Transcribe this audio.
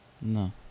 No